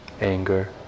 anger